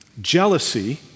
Jealousy